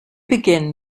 begin